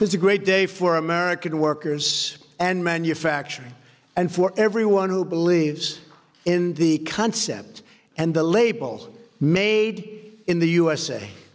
there is a great day for american workers and manufacturing and for everyone who believes in the concept and the label made in the u